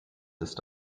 ist